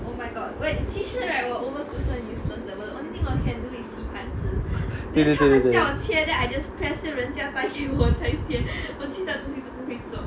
对对对对对